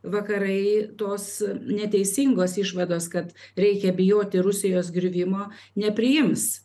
vakarai tos neteisingos išvados kad reikia bijoti rusijos griuvimo nepriims